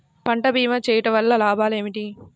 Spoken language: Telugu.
పంట భీమా చేయుటవల్ల లాభాలు ఏమిటి?